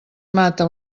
mata